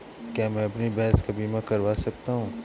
क्या मैं अपनी भैंस का बीमा करवा सकता हूँ?